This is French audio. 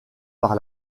par